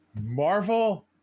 Marvel